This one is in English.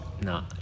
No